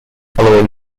following